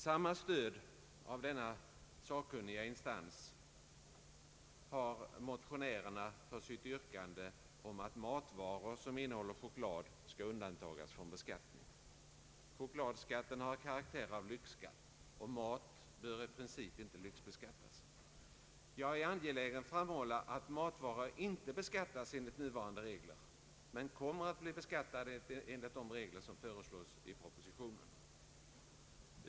Samma stöd av denna sakkunniga instans har motionärerna fått för sitt yrkande om att matvaror som innehåller choklad skall undantas från beskattning. Chokladskatten har karaktär av lyxskatt, och mat bör i princip inte lyxbeskattas. Jag är angelägen framhålla att matvaror inte beskattas enligt nuvarande regler men kommer att bli beskattade enligt de regler som föreslås i propositionen.